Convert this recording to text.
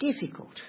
difficult